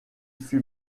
fut